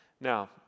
Now